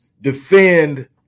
defend